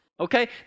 Okay